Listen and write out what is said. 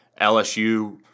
LSU